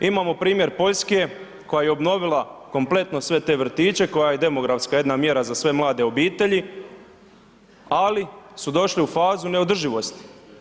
Imamo primjer Poljske koja je obnovila kompletno sve te vrtiće, koja je demografska jedna mjera za sve mlade obitelji ali su došli u fazu neodrživosti.